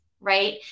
Right